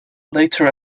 later